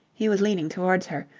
he was leaning towards her,